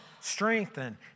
strengthen